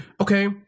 okay